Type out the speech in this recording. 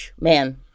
Man